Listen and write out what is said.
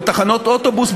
בתחנות אוטובוס,